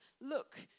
look